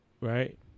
right